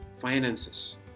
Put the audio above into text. finances